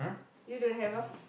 you don't have ah